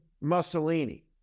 Mussolini